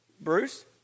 Bruce